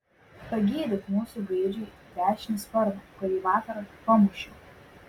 pagydyk mūsų gaidžiui dešinį sparną kurį vakar pamušiau